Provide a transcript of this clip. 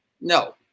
no